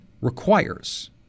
requires